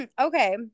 okay